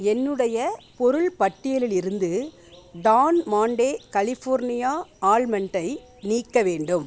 என்னுடைய பொருள் பட்டியலிலிருந்து டான் மாண்டே கலிஃபோர்னியா ஆல்மண்ட்டை நீக்க வேண்டும்